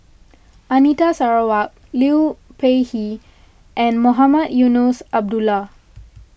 Anita Sarawak Liu Peihe and Mohamed Eunos Abdullah